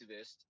activist